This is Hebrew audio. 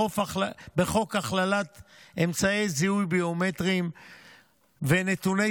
בחוק הכללת אמצעי זיהוי ביומטריים ונתוני